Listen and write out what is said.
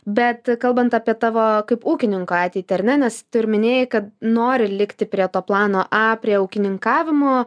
bet kalbant apie tavo kaip ūkininko ateitį ar ne nes tu ir minėjai kad nori likti prie to plano a prie ūkininkavimo